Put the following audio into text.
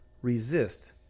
resist